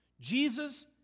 Jesus